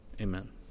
amen